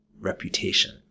reputation